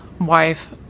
wife